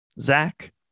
Zach